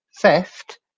theft